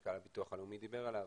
שמנכ"ל הביטוח הלאומי דיבר עליו.